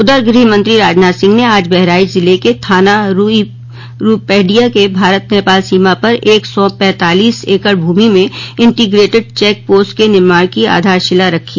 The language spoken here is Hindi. उधर गृहमंत्री राजनाथ सिंह ने आज बहराइच जिले के थाना रूपईडीहा के भारत नेपाल सीमा पर एक सौ पैंतालीस एकड़ भूमि में इंटीग्रेटेट चेक पोस्ट के निर्माण की आधार शिला रखी